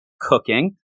cooking